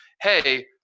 hey